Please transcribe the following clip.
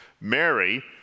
Mary